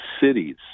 cities